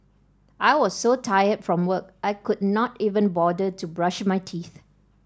I was so tired from work I could not even bother to brush my teeth